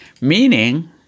Meaning